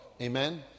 Amen